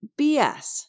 BS